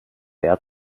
wer